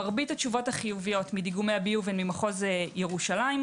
מרבית התשובות החיוביות מדיגומי הביוב הן ממחוז ירושלים.